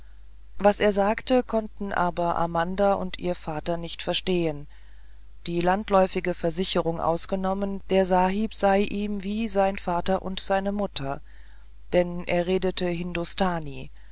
was er sagte konnten aber amanda und ihr vater nicht verstehen die landläufige versicherung ausgenommen der sahib sei ihm wie sein vater und seine mutter denn er redete hindostani